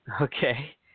Okay